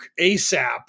ASAP